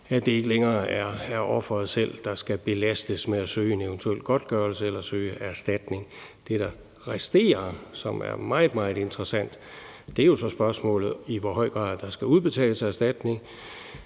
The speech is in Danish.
at det ikke længere er offeret selv, der skal belastes med at søge en eventuel godtgørelse eller søge erstatning. Det, der resterer, og som er meget, meget interessant, er jo så spørgsmålet om, i hvor høj grad der skal udbetales erstatning